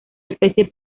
especie